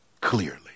clearly